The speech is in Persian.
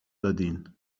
دادیدن